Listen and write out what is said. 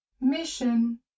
Mission